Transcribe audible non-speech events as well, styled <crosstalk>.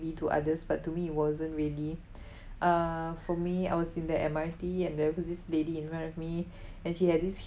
to others but to me it wasn't really <breath> uh for me I was in the M_R_T and there was this lady in front of me and she had this